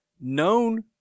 known